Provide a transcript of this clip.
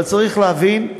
אבל צריך להבין,